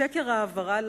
שקר ההעברה.